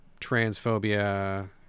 transphobia